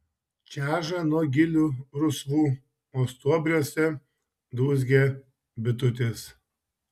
čeža nuo gilių rusvų o stuobriuose dūzgia bitutės